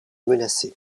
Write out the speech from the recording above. menacées